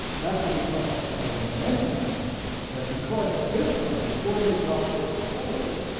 that's what we talk about by the momentum effect that because at this time, before they drop their fertility,